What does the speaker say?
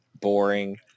boring